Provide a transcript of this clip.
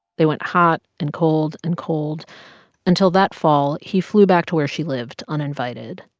they went hot and cold and cold until that fall. he flew back to where she lived, uninvited.